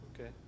Okay